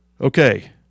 Okay